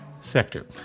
sector